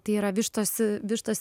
tai yra vištos vištos